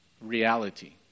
reality